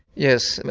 yes,